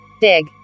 Dig